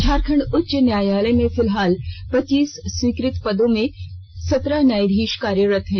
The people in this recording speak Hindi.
झारखंड उच्च न्यायालय में फिलहाल पच्चीस स्वीकृत पदों में सत्रह न्यायधीश कार्यरत हैं